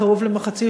קרוב למחצית,